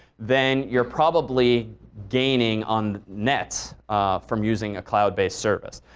then you're probably gaining on net from using a cloud-based service.